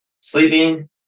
sleeping